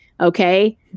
okay